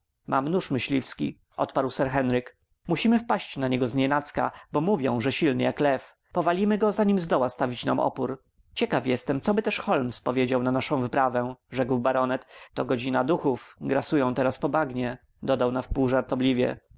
mam nóż myśliwski odparł sir henryk musimy wpaść na niego znienacka bo mówią że silny jak lew powalimy go zanim zdoła stawić nam opór ciekaw jestem coby też holmes powiedział na naszą wyprawę rzekł baronet to godzina duchów grasują teraz po bagnie dodał nawpół żartobliwie